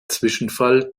zwischenfall